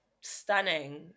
stunning